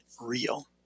real